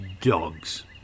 dogs